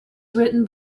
written